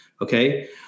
Okay